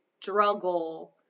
struggle